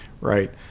right